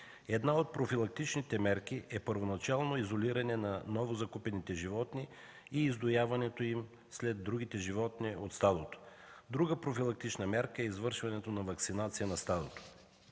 Една от профилактичните мерки е първоначално изолиране на новозакупените животни и издояването им след другите животни от стадото. Друга профилактична мярка е извършването на ваксинация на стадото.